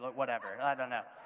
but whatever, i don't know,